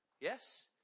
Yes